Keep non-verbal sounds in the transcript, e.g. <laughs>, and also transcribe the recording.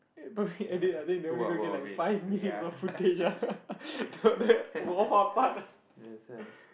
two hour of it ya <laughs> that's why